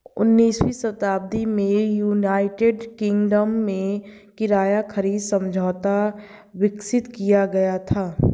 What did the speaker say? उन्नीसवीं शताब्दी में यूनाइटेड किंगडम में किराया खरीद समझौता विकसित किया गया था